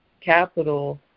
capital